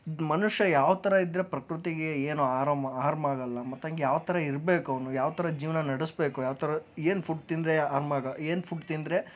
ಮನುಷ್ಯ ಯಾವ ಥರ ಇದ್ದರೆ ಪ್ರಕೃತಿಗೆ ಏನು ಆರಾಮ್ ಆರ್ಮ್ ಆಗಲ್ಲ ಯಾವ ಥರ ಇರಬೇಕು ಅವನು ಯಾವ ಥರ ಜೀವನ ನಡೆಸಬೇಕು ಯಾವ ಥರ ಏನು ಫುಡ್ ತಿಂದರೆ ಏನು ಫುಡ್ ತಿಂದರೆ